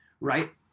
right